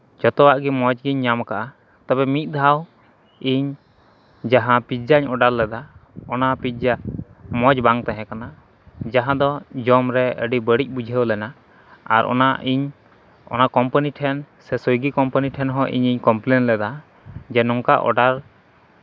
ᱡᱚᱛᱚᱣᱟᱜ ᱜᱮ ᱢᱚᱡᱽ ᱜᱤᱧ ᱧᱟᱢ ᱟᱠᱟᱫᱼᱟ ᱛᱚᱵᱮ ᱢᱤᱫ ᱫᱷᱟᱣ ᱤᱧ ᱡᱟᱦᱟᱸ ᱯᱤᱡᱡᱟᱧ ᱚᱰᱟᱨ ᱞᱮᱫᱼᱟ ᱚᱱᱟ ᱯᱤᱡᱡᱟ ᱢᱚᱡᱽ ᱵᱟᱝ ᱛᱟᱦᱮᱸ ᱠᱟᱱᱟ ᱡᱟᱦᱟᱸ ᱫᱚ ᱡᱚᱢ ᱨᱮ ᱟᱹᱰᱤ ᱵᱟᱹᱲᱤᱡ ᱵᱩᱡᱷᱟᱹᱣ ᱞᱮᱱᱟ ᱟᱨ ᱚᱱᱟ ᱤᱧ ᱚᱱᱟ ᱠᱚᱢᱯᱟᱱᱤ ᱴᱷᱮᱱ ᱥᱮ ᱥᱩᱭᱜᱤ ᱠᱳᱢᱯᱟᱱᱤ ᱴᱷᱮᱱ ᱦᱚᱸ ᱤᱧᱤᱧ ᱠᱚᱢᱯᱞᱮᱱ ᱞᱮᱫᱟ ᱡᱮ ᱱᱚᱝᱠᱟ ᱚᱰᱟᱨ